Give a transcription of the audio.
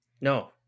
No